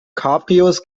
cabrios